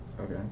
Okay